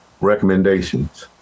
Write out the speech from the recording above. recommendations